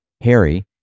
Harry